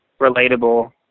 relatable